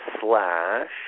slash